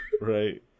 Right